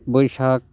बैसाग